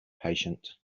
patient